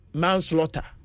manslaughter